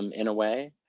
um in a way.